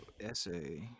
essay